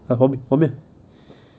uh 后后面